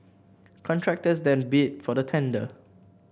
contractors then bid for the tender